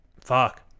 Fuck